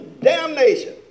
damnation